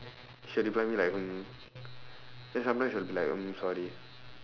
she'll reply me like hmm then sometimes she'll be like mm sorry